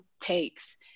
takes